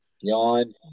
Yawn